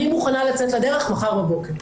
אני מוכנה לצאת לדרך מחר בבוקר.